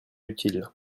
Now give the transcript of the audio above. utile